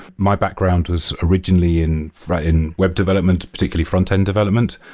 my background was originally in in web development, particularly frontend development,